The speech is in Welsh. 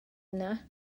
yna